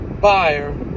buyer